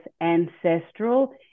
ancestral